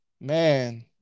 Man